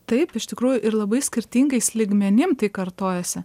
taip iš tikrųjų ir labai skirtingais lygmenim tai kartojasi